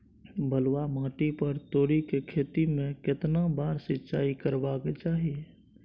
बलुआ माटी पर तोरी के खेती में केतना बार सिंचाई करबा के चाही?